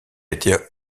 été